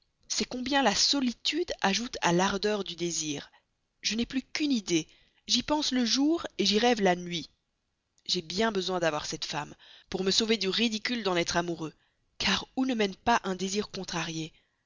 c'est combien la solitude ajoute à l'ardeur du désir je n'ai plus qu'une idée j'y pense le jour j'y rêve la nuit j'ai bien besoin d'avoir cette femme pour me sauver du ridicule d'en être amoureux car où ne mène pas un désir contrarié